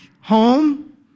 home